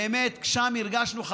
באמת שם הרגשנו,